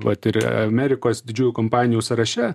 vat ir amerikos didžiųjų kompanijų sąraše